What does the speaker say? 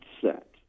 set